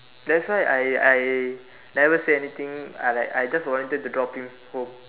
that's why I I never say anything I like I just volunteered to drop him home